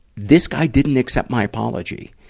this guy didn't accept my apology.